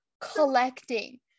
collecting